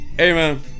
Amen